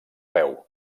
peu